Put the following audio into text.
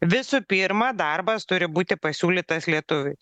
visų pirma darbas turi būti pasiūlytas lietuviui